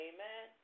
Amen